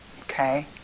Okay